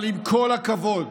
אבל עם כל הכבוד,